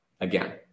again